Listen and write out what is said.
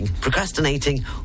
procrastinating